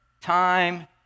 Time